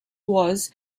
was